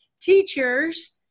teachers